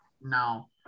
no